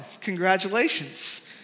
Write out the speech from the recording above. Congratulations